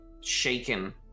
shaken